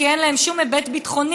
כי אין להם שום היבט ביטחוני,